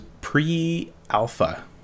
pre-alpha